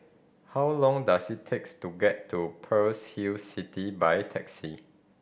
how long does it takes to get to Pearl's Hill City by taxi